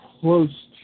close